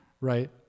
right